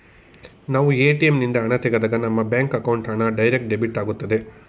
ನಾವು ಎ.ಟಿ.ಎಂ ನಿಂದ ಹಣ ತೆಗೆದಾಗ ನಮ್ಮ ಬ್ಯಾಂಕ್ ಅಕೌಂಟ್ ಹಣ ಡೈರೆಕ್ಟ್ ಡೆಬಿಟ್ ಆಗುತ್ತದೆ